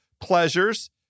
pleasures